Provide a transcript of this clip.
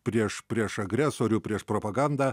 prieš prieš agresorių prieš propagandą